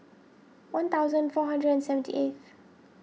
one thousand four hundred and seventy eighth